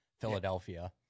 Philadelphia